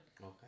Okay